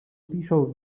piszę